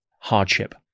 hardship